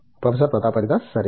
professor Pratap Haridas సరే